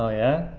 ah yeah,